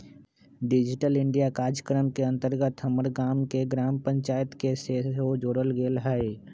digital India काजक्रम के अंतर्गत हमर गाम के ग्राम पञ्चाइत के सेहो जोड़ल गेल हइ